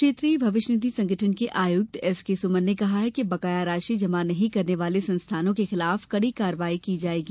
क्षेत्रीय भविष्यनिधि संगठन के आयुक्त एसकेसुमन ने कहा है कि बकाया राशि जमा नहीं करने वाले संस्थानों के विरूध कड़ी कार्यवाही की जाएगी